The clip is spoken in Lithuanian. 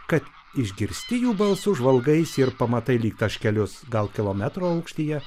kad išgirsti jų balsus žvalgaisi ir pamatai lyg taškelius gal kilometro aukštyje